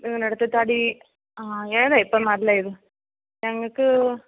നിങ്ങളെടുത്ത് തടീ ഏതാ ഇപ്പം നല്ലയിത് ഞങ്ങൾക്ക്